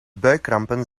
buikkrampen